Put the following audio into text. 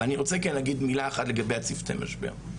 אבל אני כן רוצה להגיד מילה אחת לגבי צוותי משבר.